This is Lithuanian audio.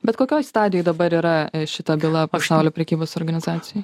bet kokioj stadijoj dabar yra šita byla pasaulio prekybos organizacijoj